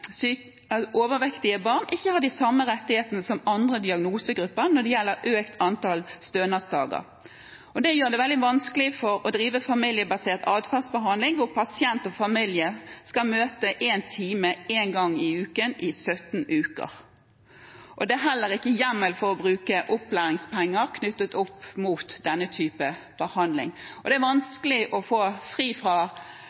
overvektige barn ikke har de samme rettighetene som andre diagnosegrupper når det gjelder økt antall stønadsdager. Det gjør det veldig vanskelig å drive familiebasert adferdsbehandling, hvor pasient og familie skal møte én time én gang i uken i 17 uker. Det er heller ikke hjemmel til å bruke opplæringspenger knyttet opp mot denne typen behandling. Det er vanskelig å få fri